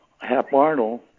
Hap-Arnold